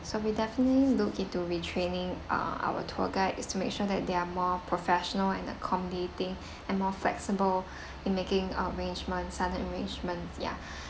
so we'll definitely look into retraining uh our tour guide is to make sure that they are more professional and accommodating and more flexible in making uh arrangements sudden arrangements ya